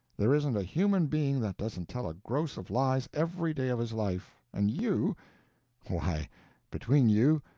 there isn't a human being that doesn't tell a gross of lies every day of his life and you why, between you,